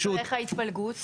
אז מתוך ה-712 איך ההתפלגות?